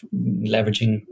leveraging